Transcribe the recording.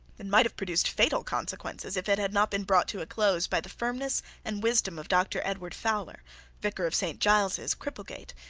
and might have produced fatal consequences, if it had not been brought to a close by the firmness and wisdom of doctor edward fowler vicar of st. giles's, cripplegate,